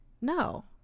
no